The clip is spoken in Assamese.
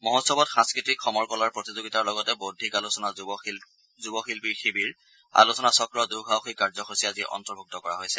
মহোৎসৱত সাংস্থতিক সমৰকলাৰ প্ৰতিযোগিতাৰ লগতে বৌদ্ধিক আলোচনা যুব শিল্পীৰ শিবিৰ আলোচনা চক্ৰ দুঃসাহসিক কাৰ্যসূচী আদি অন্তৰ্ভুক্ত কৰা হৈছে